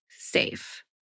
safe